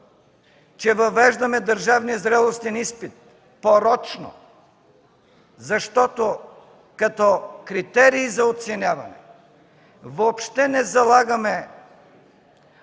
че въвеждаме държавния зрелостен изпит порочно, защото като критерии за оценяване въобще не залагаме